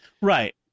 Right